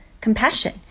compassion